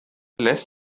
lässt